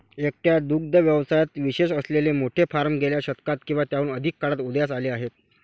एकट्या दुग्ध व्यवसायात विशेष असलेले मोठे फार्म गेल्या शतकात किंवा त्याहून अधिक काळात उदयास आले आहेत